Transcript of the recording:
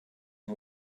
and